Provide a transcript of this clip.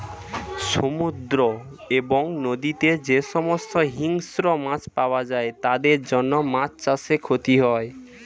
সমুদ্র এবং নদীতে যে সমস্ত হিংস্র মাছ পাওয়া যায় তাদের জন্য মাছ চাষে ক্ষতি হয়